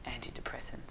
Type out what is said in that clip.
antidepressants